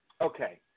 okay